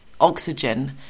oxygen